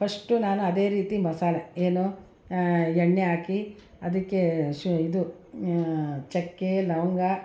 first ನಾನು ಅದೇ ರೀತಿ ಮಸಾಲೆ ಏನು ಎಣ್ಣೆ ಹಾಕಿ ಅದಕ್ಕೆ ಶು ಇದು ಚಕ್ಕೆ ಲವಂಗ